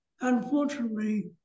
unfortunately